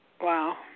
Wow